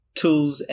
tools